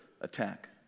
attack